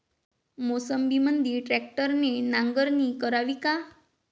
मोसंबीमंदी ट्रॅक्टरने नांगरणी करावी का?